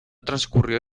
transcurrió